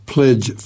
Pledge